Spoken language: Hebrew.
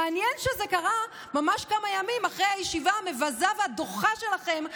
מעניין שזה קרה ממש כמה ימים אחרי הישיבה המבזה והדוחה שלכם.